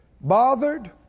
bothered